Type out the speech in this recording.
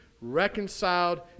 reconciled